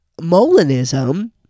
Molinism